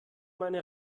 meine